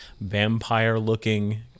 vampire-looking